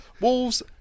Wolves